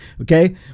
Okay